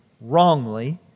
wrongly